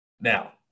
Now